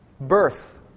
Birth